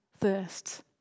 thirst